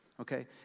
okay